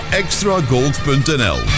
extragold.nl